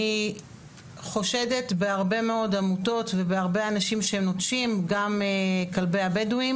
אני חושדת בהרבה מאוד עמותות ובהרבה אנשים שנוטשים גם כלבי הבדואים